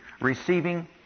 receiving